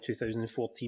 2014